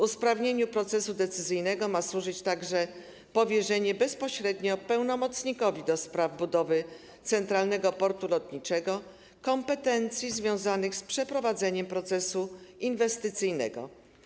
Usprawnieniu procesu decyzyjnego ma służyć także powierzenie bezpośrednio pełnomocnikowi ds. budowy Centralnego Portu Lotniczego kompetencji związanych z przeprowadzeniem procesu inwestycyjnego.